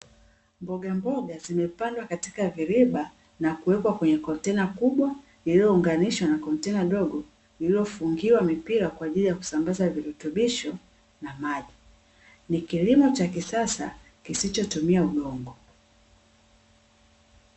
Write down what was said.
Mbogamboga zimepandwa katika viriba na kuwekwa kwenye kontena kubwa lililounganishwa na kontena dogo lililofungiwa mipira kwa ajili ya kusambaza virutubisho na maji, ni kilimo cha kisasa kisichotumia udongo.